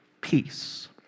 peace